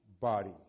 body